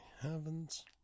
heavens